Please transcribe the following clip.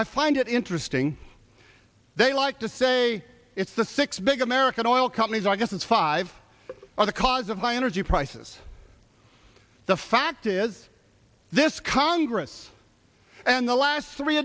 i find it interesting they like to say it's the six big american oil companies i guess is five are the cause of my energy prices the fact is this congress and the last three